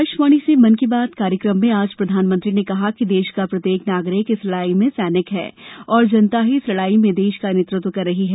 आकाशवाणी से मन की बात कार्यक्रम में आज प्रधानमंत्री ने कहा कि देश का प्रत्येक नागरिक इस लड़ाई में सैनिक है और जनता ही इस लड़ाई में देश का नेतृत्व कर रही है